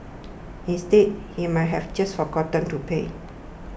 instead he might have just forgotten to pay